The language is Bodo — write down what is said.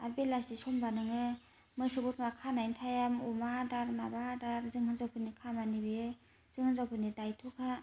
आर बेलासि समबा नोङो मोसौ बोरमा खानायनि टाइम अमा आदार माबा आदार जों हिन्जावफोरनि खामानि बियो जों हिन्जावफोरनि दायथ'खा